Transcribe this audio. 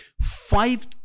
five